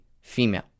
female